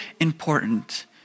important